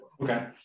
Okay